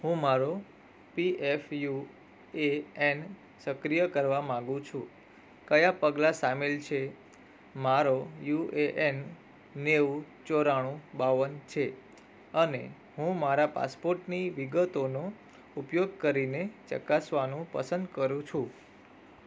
હું મારો PF U A N સક્રિય કરવા માગું છું કયા પગલાં સામેલ છે મારો યુ એ એન નેવું ચોરણું બાવન છે અને હું મારા પાસપોર્ટની વિગતોનો ઉપયોગ કરીને ચકાસવાનું પસંદ કરું છું